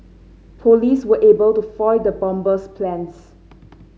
police were able to foil the bomber's plans